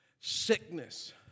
sickness